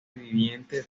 viviente